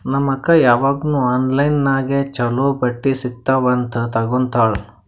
ನಮ್ ಅಕ್ಕಾ ಯಾವಾಗ್ನೂ ಆನ್ಲೈನ್ ನಾಗೆ ಛಲೋ ಬಟ್ಟಿ ಸಿಗ್ತಾವ್ ಅಂತ್ ತಗೋತ್ತಾಳ್